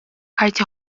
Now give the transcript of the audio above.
karti